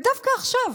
ודווקא עכשיו,